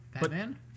Batman